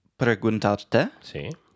preguntarte